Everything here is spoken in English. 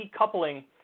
decoupling